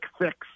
fix